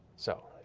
so,